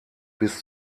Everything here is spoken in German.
bis